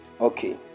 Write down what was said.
Okay